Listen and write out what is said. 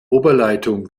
oberleitung